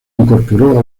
incorporó